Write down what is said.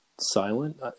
silent